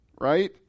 right